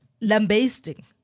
lambasting